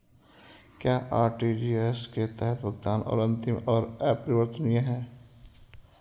क्या आर.टी.जी.एस के तहत भुगतान अंतिम और अपरिवर्तनीय है?